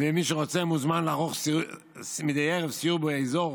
ומי שרוצה מוזמן לערוך מדי ערב סיור באזור